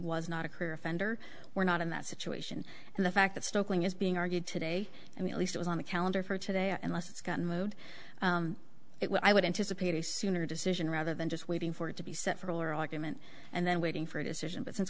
was not a career offender we're not in that situation and the fact that stalking is being argued today i mean at least it was on the calendar for today and less it's gotten moved it was i would anticipate a sooner decision rather than just waiting for it to be set for oral argument and then waiting for a decision b